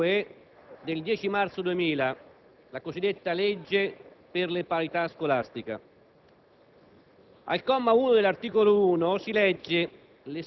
vorrei ricordare la legge n. 62 del 10 marzo 2000, la cosiddetta legge per la parità scolastica.